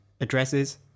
addresses